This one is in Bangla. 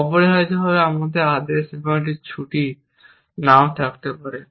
অপরিহার্যভাবে আপনার আদেশ একটি ছুটি নাও থাকতে পারে